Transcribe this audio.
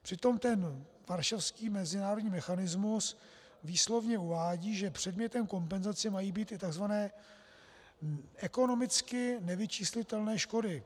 Přitom ten varšavský mezinárodní mechanismus výslovně uvádí, že předmětem kompenzace mají být i tzv. ekonomicky nevyčíslitelné škody.